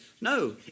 No